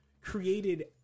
created